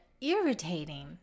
irritating